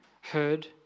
heard